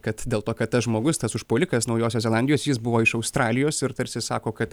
kad dėl to kad tas žmogus tas užpuolikas naujosios zelandijos jis buvo iš australijos ir tarsi sako kad